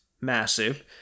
massive